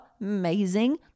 amazing